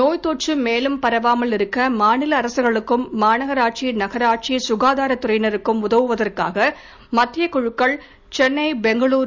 நோய்த்தொற்று மேலும் பரவாமல் இருக்க மாநில அரசுகளுக்கும் மாநகராட்சி நகராட்சி சுகாதாரத்துறையினருக்கும் உதவுவதற்காக மத்திய குழுக்கள் சென்னை பெங்களூரு